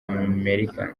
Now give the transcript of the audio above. amerika